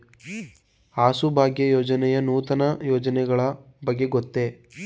ಹಸುಭಾಗ್ಯ ಯೋಜನೆಯ ನೂತನ ಯೋಜನೆಗಳ ಬಗ್ಗೆ ಗೊತ್ತೇ?